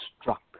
struck